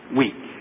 week